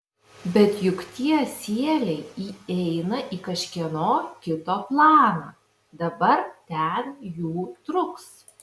bet juk tie sieliai įeina į kažkieno kito planą dabar ten jų truks